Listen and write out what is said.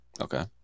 Okay